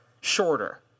shorter